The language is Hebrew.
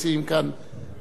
ביציע האורחים,